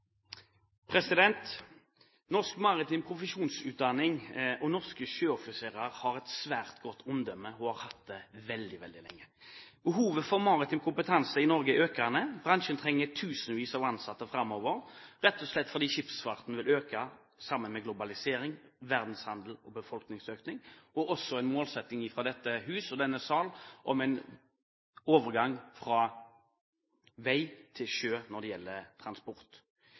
selv. Norsk maritim profesjonsutdanning og norske sjøoffiserer har et svært godt omdømme og har hatt det veldig lenge. Behovet for maritim kompetanse i Norge er økende. Bransjen trenger tusenvis av ansatte framover, rett og slett fordi skipsfarten vil øke i pakt med globalisering, verdenshandel og befolkningsøkning og også en målsetting fra dette hus og denne sal om en overgang fra vei til sjø når det gjelder transport.